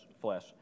flesh